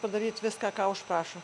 padaryt viską ką užprašo